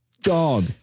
dog